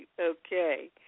Okay